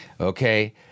okay